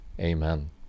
Amen